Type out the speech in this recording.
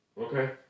Okay